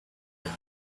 left